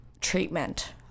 treatment